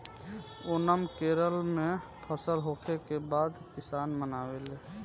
ओनम केरल में फसल होखे के बाद किसान मनावेले